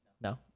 No